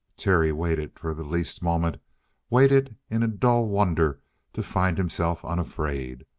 terry waited for the least moment waited in a dull wonder to find himself unafraid.